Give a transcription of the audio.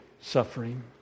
suffering